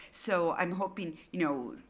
so i'm hoping, you know,